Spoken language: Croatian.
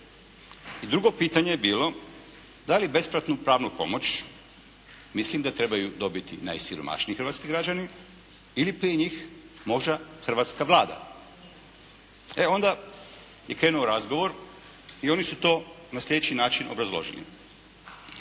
I drugo pitanje je bilo da li besplatnu pravnu pomoć mislim da trebaju dobiti najsiromašniji hrvatski građani ili prije njih možda hrvatska Vlada. E onda je krenuo razgovor i oni su to na slijedeći način obrazložili.